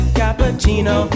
cappuccino